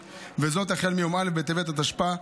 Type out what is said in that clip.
וזאת החל מיום א' בטבת התשפ"ה,